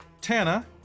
Tana